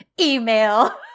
Email